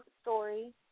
story